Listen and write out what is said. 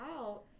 out